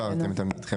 הבהרתם את עמדתכם.